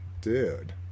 dude